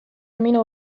minu